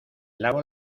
lavo